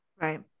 Right